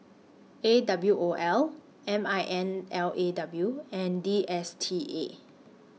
A W O L M I N L A W and D S T A